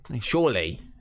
Surely